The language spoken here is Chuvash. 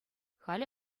халӗ